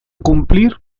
cumplir